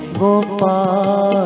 gopal